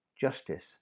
Justice